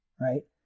right